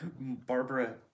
Barbara